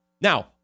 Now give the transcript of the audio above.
Now